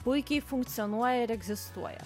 puikiai funkcionuoja ir egzistuoja